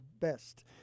best